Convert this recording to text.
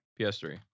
PS3